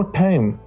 time